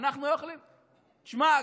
תשמע,